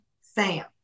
Sam